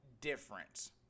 difference